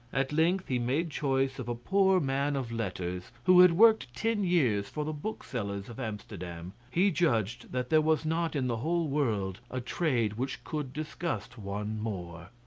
at length he made choice of a poor man of letters, who had worked ten years for the booksellers of amsterdam. he judged that there was not in the whole world a trade which could disgust one more.